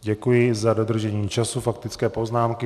Děkuji za dodržení času faktické poznámky.